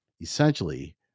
Essentially